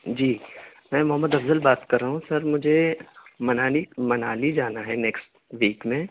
جی میں محمد افضل بات کر رہا ہوں سر مجھے منالی منالی جانا ہے نیکسٹ ویک میں